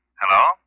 Hello